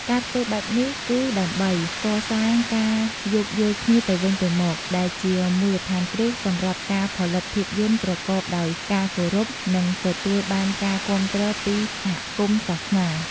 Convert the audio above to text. ការធ្វើបែបនេះគឺដើម្បី កសាងការយោគយល់គ្នាទៅវិញទៅមក ដែលជាមូលដ្ឋានគ្រឹះសម្រាប់ការផលិតភាពយន្តប្រកបដោយការគោរព និងទទួលបានការគាំទ្រពីសហគមន៍សាសនា។